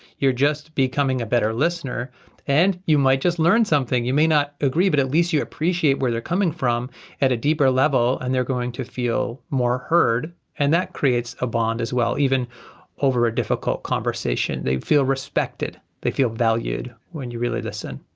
you're just becoming a better listener and you might just learn something. you may not agree but at least you appreciate where they're coming from at a deeper level and they're going to feel more heard and that creates a bond as well, even over a difficult conversation. they feel respected, they feel valued, when you really listen.